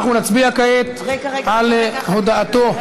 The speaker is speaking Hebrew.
נצביע כעת על הודעתו,